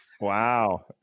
Wow